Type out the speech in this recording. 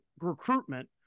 Recruitment